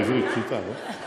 בעברית פשוטה, לא?